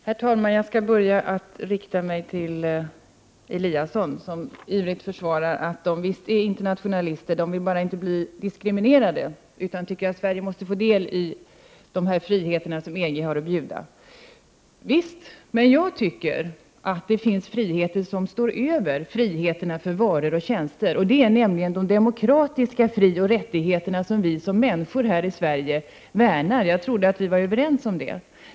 Herr talman! Jag skall börja med att rikta mig till Ingemar Eliasson, som ivrigt försäkrar att de visst är internationalister, de vill bara inte bli diskriminerade. De tycker att Sverige måste få del i de friheter som EG har att bjuda. Visst, men jag tycker att det finns friheter som står över friheterna för varor och tjänster, nämligen de demokratiska frioch rättigheterna som vi häri Sverige värnar. Jag trodde att vi var överens om det.